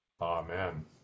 Amen